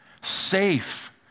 safe